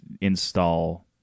install